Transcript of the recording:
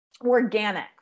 organic